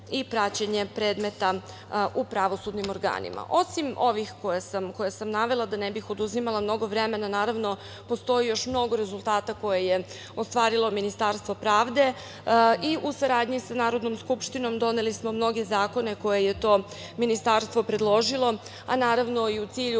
i praćenje predmeta u pravosudnim organima. Osim ovih koje sam navela, da ne bih oduzimala mnogo vremena, naravno, postoji još mnogo rezultata koje je ostvarilo Ministarstvo pravde. I u saradnji sa Narodnom skupštinom, doneli smo mnoge zakone koje je to ministarstvo, a naravno, i u cilju,